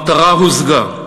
המטרה הושגה.